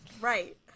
Right